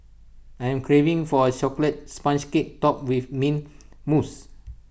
I am craving for A Chocolate Sponge Cake Topped with Mint Mousse